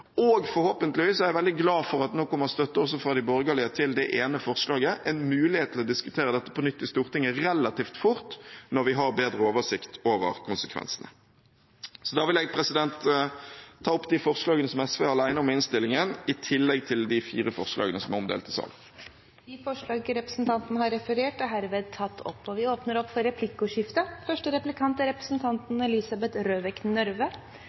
støtte, forhåpentligvis, også fra de borgerlige til det ene forslaget om en mulighet til å diskutere dette på nytt i Stortinget relativt fort når vi har bedre oversikt over konsekvensene. Da vil jeg ta opp de forslagene som SV er alene om i innstillingen, i tillegg til de fire forslagene som er omdelt i salen. Representanten Audun Lysbakken har tatt opp de forslag han refererte til. Det blir replikkordskifte. De rød-grønne brukte private barnehager og anbud for